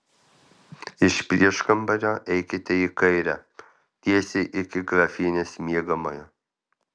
iš prieškambario eikite į kairę tiesiai iki grafienės miegamojo